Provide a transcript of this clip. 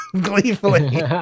gleefully